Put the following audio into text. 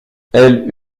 elle